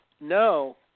No